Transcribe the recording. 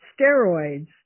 steroids